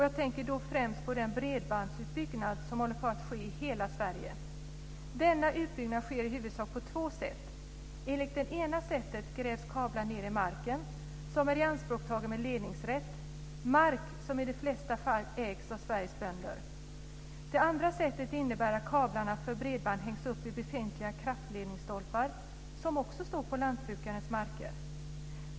Jag tänker främst på den bredbandsutbyggnad som håller på att ske i hela Sverige. Denna utbyggnad sker i huvudsak på två sätt. Enligt det ena sättet grävs kablar ned i mark som är ianspråktagen med ledningsrätt. Det är mark som i de flesta fall ägs av Sveriges bönder. Det andra sättet innebär att kablarna för bredband hängs upp i befintliga kraftledningsstolpar som också står på lantbrukarens marker.